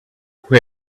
who